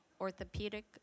orthopedic